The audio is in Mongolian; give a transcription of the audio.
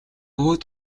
өөд